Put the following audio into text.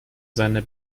seine